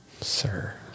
sir